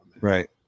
right